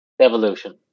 evolution